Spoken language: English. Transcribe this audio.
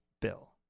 Bill